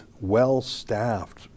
well-staffed